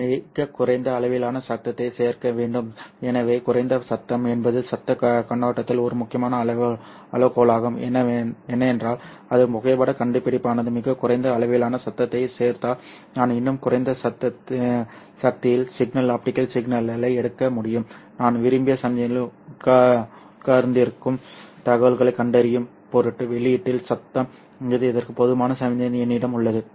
இது மிகக் குறைந்த அளவிலான சத்தத்தைச் சேர்க்க வேண்டும் எனவே குறைந்த சத்தம் என்பது சத்தக் கண்ணோட்டத்தில் ஒரு முக்கியமான அளவுகோலாகும் ஏனென்றால் எனது புகைப்படக் கண்டுபிடிப்பானது மிகக் குறைந்த அளவிலான சத்தத்தைச் சேர்த்தால் நான் இன்னும் குறைந்த சக்திகளில் சிக்னல் ஆப்டிகல் சிக்னலை எடுக்க முடியும் நான் விரும்பிய சமிக்ஞையில் உட்கார்ந்திருக்கும் தகவல்களைக் கண்டறியும் பொருட்டு வெளியீட்டில் சத்தம் விகிதத்திற்கு போதுமான சமிக்ஞை என்னிடம் உள்ளது